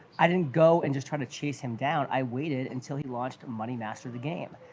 i didn't go, and just try to chase him down, i waited until he launched money, master the game,